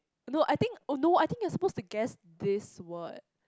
no I think oh no I think you're supposed to guess this word